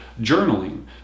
journaling